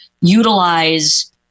utilize